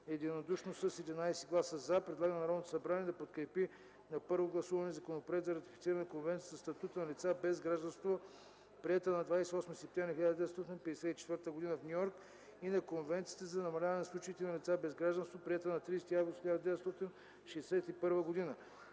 единодушно с 11 гласа „за”, предлага на Народното събрание да подкрепи на първо гласуване Законопроект за ратифициране на Конвенцията за статута на лицата без гражданство, приета на 28 септември 1954 г. в Ню Йорк, и на Конвенцията за намаляване на случаите на лица без гражданство, приета на 30 август 1961 г.